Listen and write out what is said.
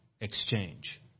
exchange